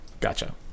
Gotcha